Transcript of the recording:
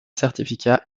certificat